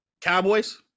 Cowboys